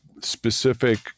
specific